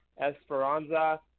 Esperanza